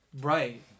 Right